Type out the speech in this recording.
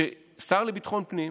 ששר לביטחון פנים